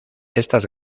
estas